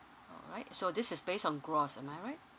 alright so this is based on gross am I right